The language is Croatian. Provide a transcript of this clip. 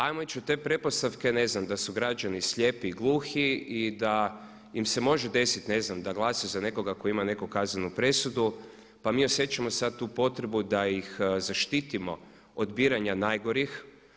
Ajmo ići u te pretpostavke ne znam da su građani slijepi i gluhi i da im se može desiti ne znam da glasaju za nekoga tko ima neku kaznenu presudu pa mi osjećamo sad tu potrebu da ih zaštitimo od biranja najgorih.